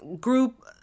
group